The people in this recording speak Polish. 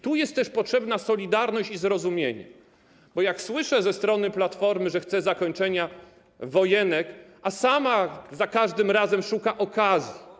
Tu jest też potrzebna solidarność i zrozumienie, bo jak słyszę ze strony Platformy, że chce zakończenia wojenek, a sama za każdym razem szuka okazji.